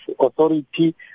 authority